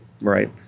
Right